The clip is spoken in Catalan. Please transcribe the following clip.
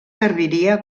serviria